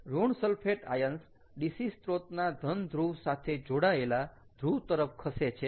ઋણ sulphate ions DC સ્ત્રોતના ધન ધ્રુવ સાથે જોડાયેલા ધ્રુવ તરફ ખસે છે